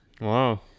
wow